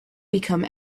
become